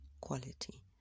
quality